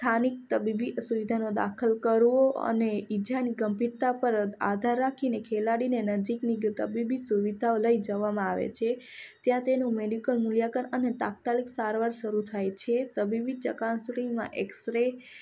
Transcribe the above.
સ્થાનિક તબીબી સુવિધાનો દાખલ કરવો અને ઇજાની ગંભીરતા પર આધાર રાખીને ખેલાડીને નજીકની તબીબી સુવિધાઓ લઈ જવામાં આવે છે ત્યાં તેનું મેડિકલ મૂલ્યાંકન અને તાત્કાલિક સારવાર શરૂ થાય છે તબીબી ચકાસીમાં એક્સરે